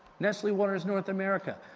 nestle waters north america,